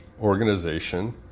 organization